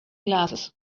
glasses